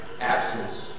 absence